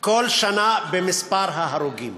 כל שנה במספר ההרוגים,